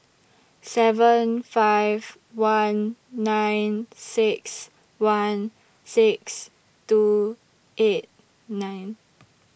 seven five one nine six one six two eight nine